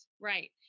right